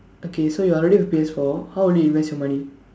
okay so you already have P_S four how would you invest your money